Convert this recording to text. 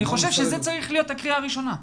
אני חושב שזו צריכה להיות הקריאה הראשונה.